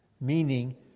meaning